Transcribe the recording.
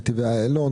נתיבי איילון,